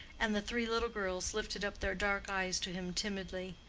and the three little girls lifted up their dark eyes to him timidly.